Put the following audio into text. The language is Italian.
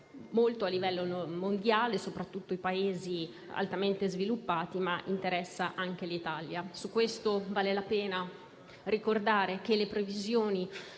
molto a livello mondiale, soprattutto i Paesi altamente sviluppati, e interessa anche l'Italia. Su questo vale la pena ricordare che le previsioni